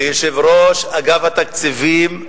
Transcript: יושב-ראש אגף התקציבים,